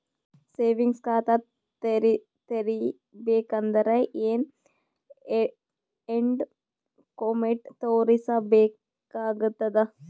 Savings ಖಾತಾ ತೇರಿಬೇಕಂದರ ಏನ್ ಏನ್ಡಾ ಕೊಮೆಂಟ ತೋರಿಸ ಬೇಕಾತದ?